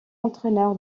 entraîneur